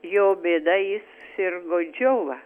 jo bėda jis sirgo džiova